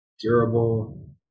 durable